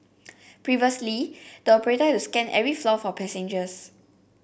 previously the operator had to scan every floor for passengers